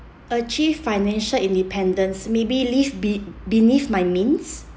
achieve financial independence maybe live be~ beneath my means